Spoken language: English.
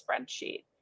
spreadsheet